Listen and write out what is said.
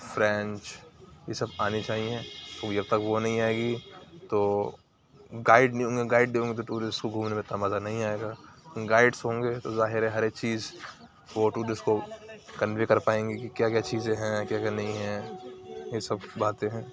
French یہ سب آنی چاہیے جب تک وہ نہیں آئے گی تو گائیڈ گائیڈ اُن کی ٹورسٹ کو گھومنے میں اتنا مزہ نہیں آئے گا گائیڈس ہوں گے تو ظاہر ہے ہر ایک چیز وہ تورسٹ کو کنوے کر پائیں گے کہ کیا کیا چیزیں ہیں کیا کیا نہیں ہیں یہ سب باتیں ہیں